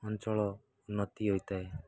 ଅଞ୍ଚଳ ଉନ୍ନତି ହୋଇଥାଏ